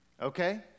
Okay